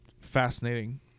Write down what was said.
fascinating –